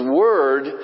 word